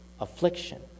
affliction